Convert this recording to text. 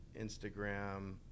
Instagram